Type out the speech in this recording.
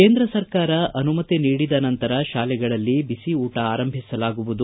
ಕೇಂದ್ರ ಸರ್ಕಾರ ಅನುಮತಿ ನೀಡಿದ ನಂತರ ಶಾಲೆಗಳಲ್ಲಿ ಬಿಸಿ ಊಟ ಆರಂಭಿಸಲಾಗುವುದು